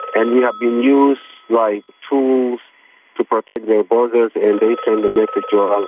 and we have been used like tools to protect their borders and they send the message to um